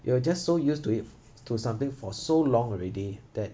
you are just so used to it to something for so long already that